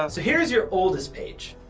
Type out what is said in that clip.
ah so here's your oldest page.